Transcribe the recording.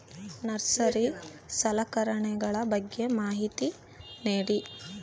Nursery ಸಲಕರಣೆಗಳ ಬಗ್ಗೆ ಮಾಹಿತಿ ನೇಡಿ?